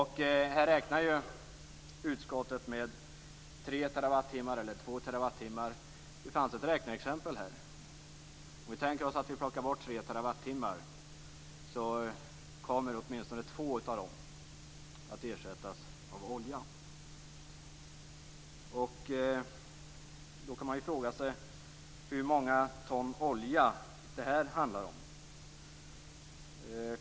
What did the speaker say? Utskottet räknar här med 3 eller 2 TWh. Det fanns ett räkneexempel. Om vi plockar bort 3 TWh kommer åtminstone 2 av dem att ersättas av olja. Då kan man fråga sig hur många ton olja det handlar om.